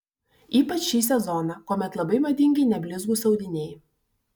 ypač šį sezoną kuomet labai madingi neblizgūs audiniai